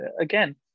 again